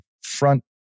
front